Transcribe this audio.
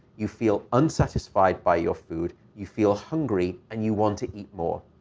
you feel unsatisfied by your food. you feel hungry. and you want to eat more.